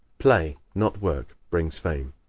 play, not work, brings fame